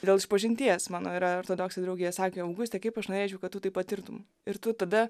dėl išpažinties mano yra ortodoksų draugija sakė augustė kaip aš norėčiau kad tu tai patirtum ir tu tada